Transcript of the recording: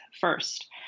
first